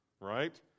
right